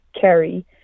carry